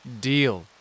deal